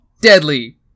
deadly